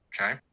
Okay